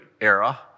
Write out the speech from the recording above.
era